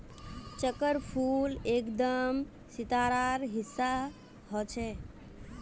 चक्रफूल एकदम सितारार हिस्सा ह छेक